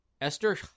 Esther